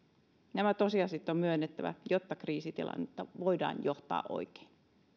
nämä tosiasiat on myönnettävä jotta kriisitilannetta voidaan johtaa oikein